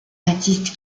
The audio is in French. baptiste